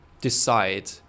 decide